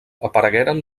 aparegueren